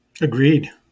Agreed